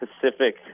Pacific